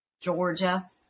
Georgia